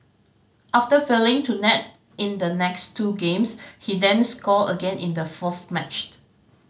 after failing to net in the next two games he then scored again in the fourth matched